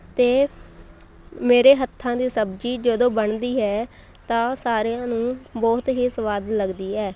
ਅਤੇ ਮੇਰੇ ਹੱਥਾਂ ਦੀ ਸਬਜ਼ੀ ਜਦੋਂ ਬਣਦੀ ਹੈ ਤਾਂ ਸਾਰਿਆਂ ਨੂੰ ਬਹੁਤ ਹੀ ਸਵਾਦ ਲੱਗਦੀ ਹੈ